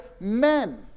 men